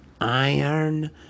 iron